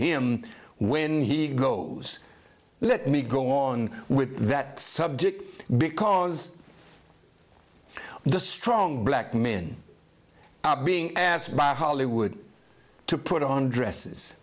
him when he goes let me go on with that subject because the strong black men are being asked by hollywood to put on dresses